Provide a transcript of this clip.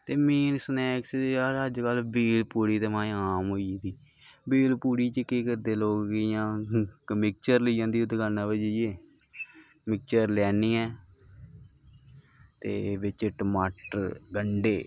ते main snacks दी थाह्र अज्जकल बेल पूड़ी ते माए आम होई गेदी बेल पूड़ी च केह् करदे लोक कि इयां इक मिक्सचर लेई आंदी ओह्दे कन्नै ओह् जाइयै मिक्सचर लेई आनियै ते बिच्च टमाटर गंढे